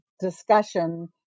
discussion